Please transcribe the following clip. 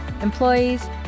employees